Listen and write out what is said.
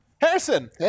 Harrison